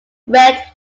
red